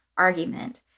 Argument